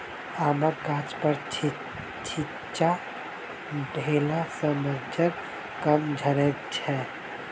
आमक गाछपर छिच्चा देला सॅ मज्जर कम झरैत छै